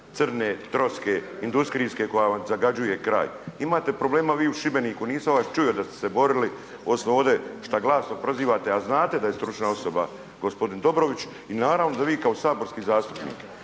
crne troske industrijske koja vam zagađuje kraj. Imate problema vi u Šibeniku nisam vas čuo da ste se borili osim ovdje šta glasom prozivate, a znate da je stručna osoba gospodin Dobrović. I naravno da vi kao saborski zastupnik,